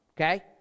Okay